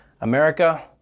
America